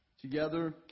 Together